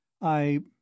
I